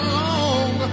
long